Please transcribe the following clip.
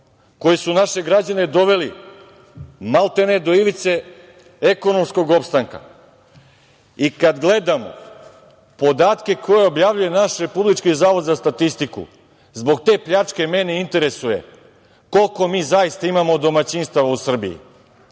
koji su naše građane doveli, maltene do ivice ekonomskog opstanka. Kada gledamo podatke koje objavljuje naš Republički zavod za statistiku, zbog te pljačke mene interesuje koliko mi zaista imamo domaćinstava u Srbiji,